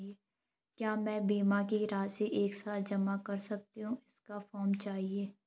क्या मैं बीमा की राशि एक साथ जमा कर सकती हूँ इसका फॉर्म चाहिए?